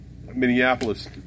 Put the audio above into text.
Minneapolis